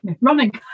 running